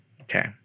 Okay